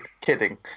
Kidding